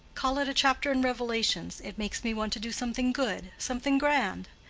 call it a chapter in revelations. it makes me want to do something good, something grand.